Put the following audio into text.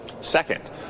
Second